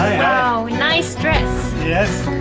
nice dress